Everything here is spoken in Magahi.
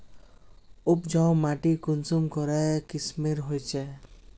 उपजाऊ माटी कुंसम करे किस्मेर होचए?